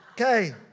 Okay